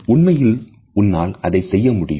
உண்மையில் உன்னால் அதை செய்ய முடியும்